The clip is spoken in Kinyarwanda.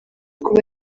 kuba